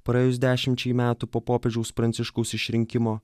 praėjus dešimčiai metų po popiežiaus pranciškaus išrinkimo